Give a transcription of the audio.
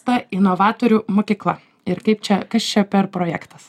ta novatorių mokykla ir kaip čia kas čia per projektas